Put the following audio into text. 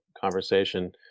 conversation